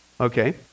okay